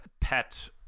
pet